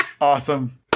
Awesome